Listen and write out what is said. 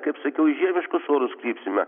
kaip sakiau į žiemiškus orus krypsime